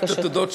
רק את התודות,